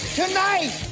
tonight